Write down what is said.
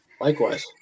Likewise